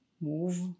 move